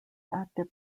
active